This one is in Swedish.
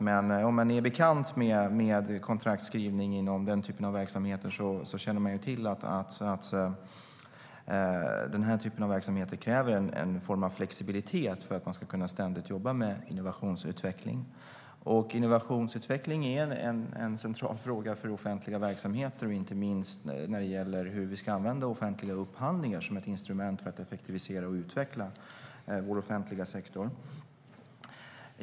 Men om man är bekant med kontraktsskrivning inom den typen av verksamheter känner man till att de kräver en form av flexibilitet för att man ständigt ska kunna jobba med innovationsutveckling. Innovationsutveckling är en central fråga för offentliga verksamheter, inte minst när det gäller hur vi ska använda offentliga upphandlingar som ett instrument för att effektivisera och utveckla vår offentliga sektor.